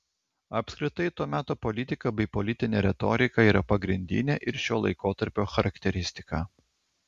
apskritai to meto politika bei politinė retorika yra pagrindinė ir šio laikotarpio charakteristika